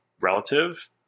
relative